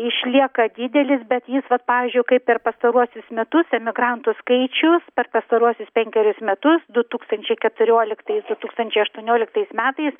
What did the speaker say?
išlieka didelis bet jis vat pavyzdžiui kaip per pastaruosius metus emigrantų skaičius per pastaruosius penkerius metus du tūkstančiai keturioliktais du tūkstančiai aštuonioliktais metais